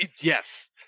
yes